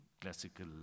classical